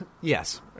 Yes